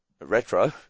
Retro